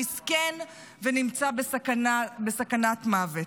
מסכן ונמצא בסכנת מוות.